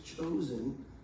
chosen